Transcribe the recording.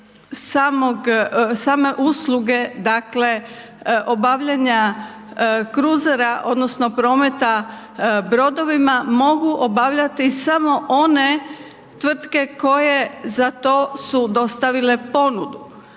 same usluge dakle obavljanja kruzera odnosno prometa brodovima, mogu obavljati samo one tvrtke koje za to su dostavile ponudu.